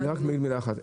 רק עוד מילה אחת.